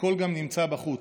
הכול גם נמצא בחוץ,